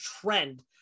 trend